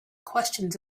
questions